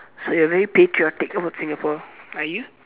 so you are very patriotic about Singapore are you